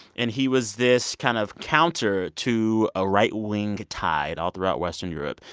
and he was this kind of counter to a right-wing tide all throughout western europe.